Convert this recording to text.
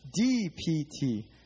D-P-T